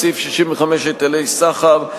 סעיף 65,היטלי סחר,